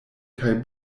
kaj